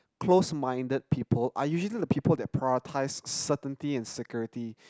close minded people are usually the people that prioritise certainty and security